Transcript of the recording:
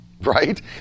right